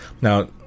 Now